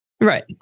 Right